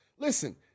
Listen